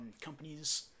companies